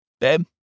babe